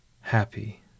happy